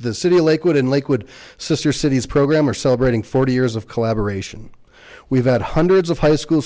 the city lakewood in lakewood sister cities program are celebrating forty years of collaboration we've had hundreds of high school